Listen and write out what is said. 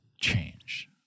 change